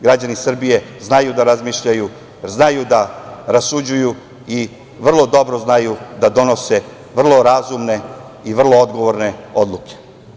Građani Srbije znaju da razmišljaju, znaju da rasuđuju i vrlo dobro znaju da donose vrlo razumne i vrlo odgovorne odluke.